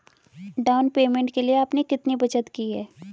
Down payment के लिए आपने कितनी बचत की है?